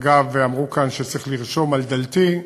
אגב, אמרו כאן שצריך לרשום על דלתי,